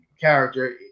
character